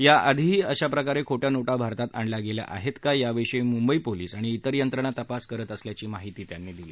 याआधीही अशाप्रकारे खोट्या नोटा भारतात आणल्या गेल्या आहेत का याविषयी मुंबई पोलीस आणि इतर यंत्रणा तपास करत असल्याची माहितीही त्यांनी दिली